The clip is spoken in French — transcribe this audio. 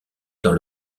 dans